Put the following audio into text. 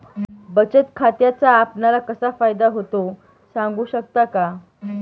बचत खात्याचा आपणाला कसा फायदा होतो? सांगू शकता का?